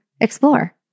explore